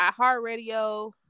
iHeartRadio